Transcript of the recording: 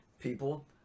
people